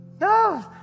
No